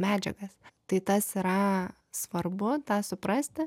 medžiagas tai tas yra svarbu tą suprasti